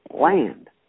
land